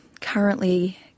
currently